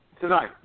Tonight